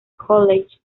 college